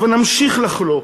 הבה נמשיך לחלוק,